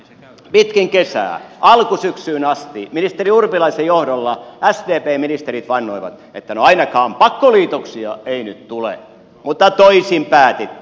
pitkin kesää alkusyksyyn asti ministeri urpilaisen johdolla sdpn ministerit vannoivat että no ainakaan pakkoliitoksia ei nyt tule mutta toisin päätitte